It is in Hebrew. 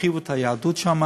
הם החריבו את היהדות שם.